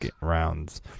rounds